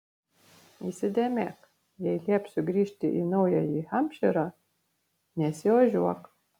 įsidėmėk jei liepsiu grįžti į naująjį hampšyrą nesiožiuok